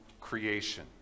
creation